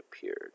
appeared